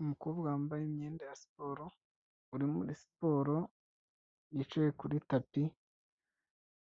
Umukobwa wambaye imyenda ya siporo, uri muri siporo, yicaye kuri tapi,